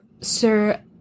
Sir